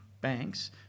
banks